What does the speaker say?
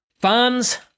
Fans